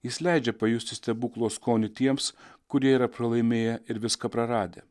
jis leidžia pajusti stebuklo skonį tiems kurie yra pralaimėję ir viską praradę